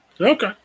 Okay